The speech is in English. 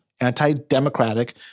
anti-democratic